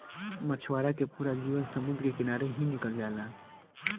मछवारा के पूरा जीवन समुंद्र के किनारे ही निकल जाला